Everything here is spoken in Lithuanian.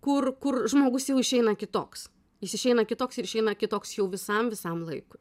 kur kur žmogus jau išeina kitoks jis išeina kitoks ir išeina kitoks jau visam visam laikui